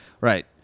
right